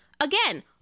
again